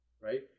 Right